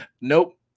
Nope